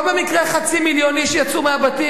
לא במקרה חצי מיליון איש יצאו מהבית,